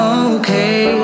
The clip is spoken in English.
okay